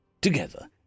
Together